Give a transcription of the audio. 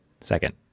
second